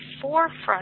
forefront